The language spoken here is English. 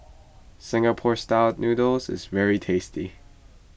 Singapore Style Noodles is very tasty